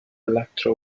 electro